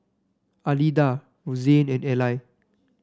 Alida Rozanne and Eli